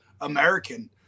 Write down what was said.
American